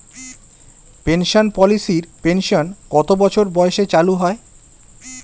Pension পলিসির pension কত বছর বয়সে চালু হয়?